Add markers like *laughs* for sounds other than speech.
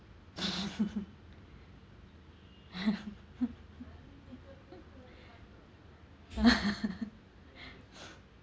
*laughs* *breath* *laughs*